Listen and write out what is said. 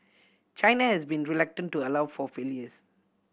China has been reluctant to allow for failures